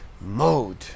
Mode